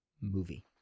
movie